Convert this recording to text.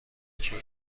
کیه